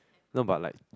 no but like